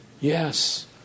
Yes